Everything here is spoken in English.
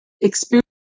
experience